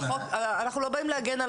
אנחנו באים להגן על